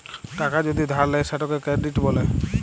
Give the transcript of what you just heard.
টাকা যদি ধার লেয় সেটকে কেরডিট ব্যলে